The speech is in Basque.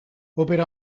opera